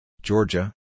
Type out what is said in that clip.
Georgia